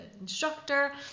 instructor